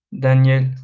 Daniel